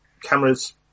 cameras